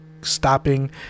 stopping